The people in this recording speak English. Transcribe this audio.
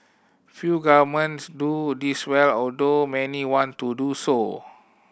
few governments do this well although many want to do so